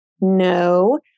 No